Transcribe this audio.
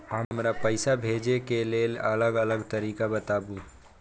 हमरा पैसा भेजै के लेल अलग अलग तरीका बताबु?